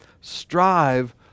strive